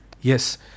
Yes